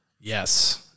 Yes